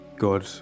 God